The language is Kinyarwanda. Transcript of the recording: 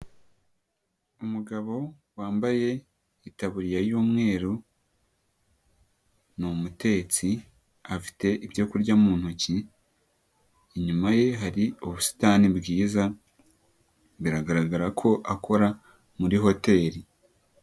Umugabo wambaye itaburiya y'umweru ni umutetsi, afite ibyo kurya mu ntoki, inyuma ye hari ubusitani bwiza biragaragara ko akora muri hoteli.